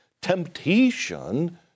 temptation